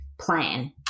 plan